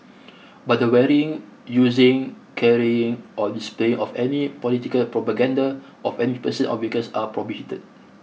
but the wearing using carrying or displaying of any political propaganda of any person or vehicles are prohibited